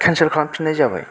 cancel खालामफिनाय जाबाय